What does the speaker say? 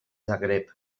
zagreb